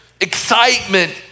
excitement